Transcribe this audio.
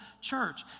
church